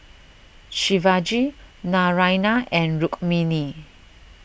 Shivaji Naraina and Rukmini